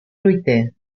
fruiter